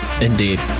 indeed